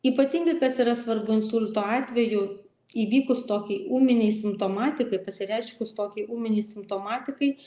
ypatingai kas yra svarbu insulto atveju įvykus tokiai ūminei simptomatikai pasireiškus tokiai ūminei simptomatikai